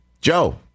Joe